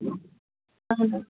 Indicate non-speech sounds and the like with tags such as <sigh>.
<unintelligible>